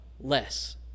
less